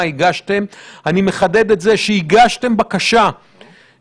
מה, אני לא יודע להתמודד עם